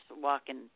walking